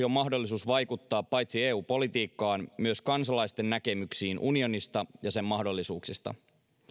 on mahdollisuus vaikuttaa paitsi eu politiikkaan myös kansalaisten näkemyksiin unionista ja sen mahdollisuuksista